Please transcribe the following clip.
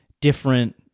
different